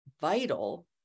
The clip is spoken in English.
vital